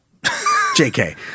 JK